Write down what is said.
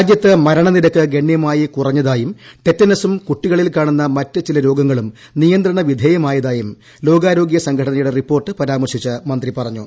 രാജ്യത്ത് മരണനിരക്ക് ഗണ്യമായി കുറഞ്ഞതായും ടെറ്റനസും കുട്ടികളിൽ കാണുന്ന മറ്റ് ചില രോഗങ്ങളും നിയന്ത്രണ വിധേയമായതായും ലോകാരോഗൃ സംഘടനയുടെ റിപ്പോർട്ട് പരാമർശിച്ച് മന്ത്രി പറഞ്ഞു